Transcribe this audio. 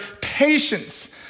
patience